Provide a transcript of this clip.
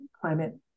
climate